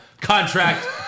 contract